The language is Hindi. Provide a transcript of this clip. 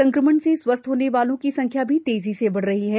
संक्रमण से स्वस्थ्य होने वालों की संख्या भी तेजी से बढ़ी है